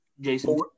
Jason